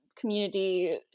community